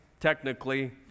technically